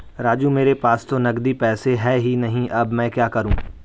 राजू मेरे पास तो नगदी पैसे है ही नहीं अब मैं क्या करूं